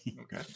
Okay